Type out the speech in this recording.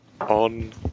on